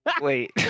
Wait